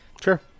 Sure